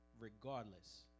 Regardless